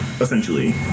essentially